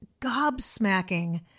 gobsmacking